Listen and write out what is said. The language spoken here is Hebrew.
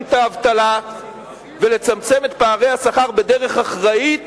את האבטלה ולצמצם את פערי השכר בדרך אחראית